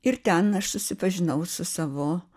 ir ten aš susipažinau su savo